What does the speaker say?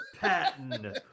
Patton